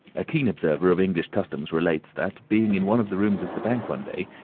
a keen observer of english customs relates that, being in one of the rooms of the bank one day,